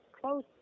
close